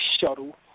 shuttle